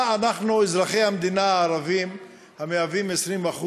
מה אנחנו, אזרחי המדינה הערבים, המהווים 20%,